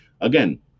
again